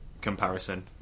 comparison